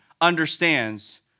understands